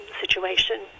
situation